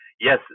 yes